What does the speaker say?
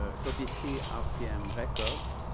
ah thirty three rpm record.